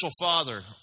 father